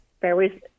Fairways